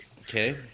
Okay